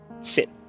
sit